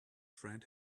friend